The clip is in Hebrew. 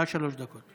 בבקשה, שלוש דקות.